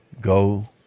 Go